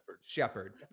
Shepherd